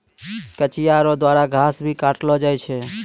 कचिया रो द्वारा घास भी काटलो जाय छै